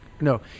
No